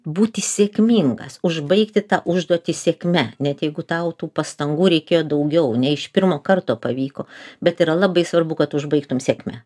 būti sėkmingas užbaigti tą užduotį sėkme net jeigu tau tų pastangų reikėjo daugiau ne iš pirmo karto pavyko bet yra labai svarbu kad užbaigtum sėkme